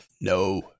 No